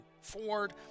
Ford